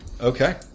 Okay